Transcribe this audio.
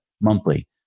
monthly